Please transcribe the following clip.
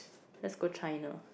let's go China